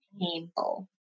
painful